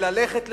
וללכת לשופט,